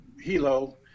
Hilo